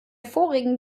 vorigen